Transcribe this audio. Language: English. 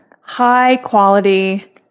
high-quality